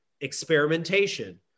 experimentation